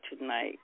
tonight